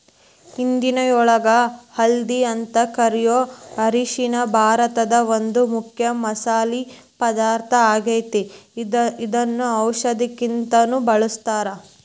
ಹಿಂದಿಯೊಳಗ ಹಲ್ದಿ ಅಂತ ಕರಿಯೋ ಅರಿಶಿನ ಭಾರತದ ಒಂದು ಮುಖ್ಯ ಮಸಾಲಿ ಪದಾರ್ಥ ಆಗೇತಿ, ಇದನ್ನ ಔಷದಕ್ಕಂತಾನು ಬಳಸ್ತಾರ